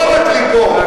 לא רק לפה.